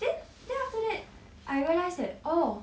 then then after that I realise that oh